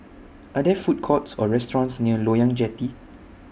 Are There Food Courts Or restaurants near Loyang Jetty